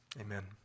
Amen